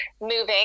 moving